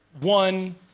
one